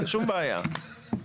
אין בעיה,